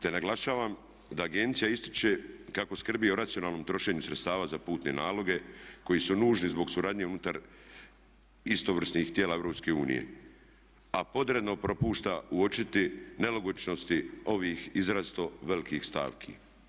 Te naglašavam da agencija ističe kako skrbi o racionalnom trošenju sredstava za putne naloge koji su nužni zbog suradnje unutar istovrsnih tijela EU, a podredno propušta uočiti nelogičnosti ovih izrazito velikih stavki.